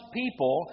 people